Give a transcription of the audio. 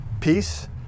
Peace